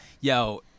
yo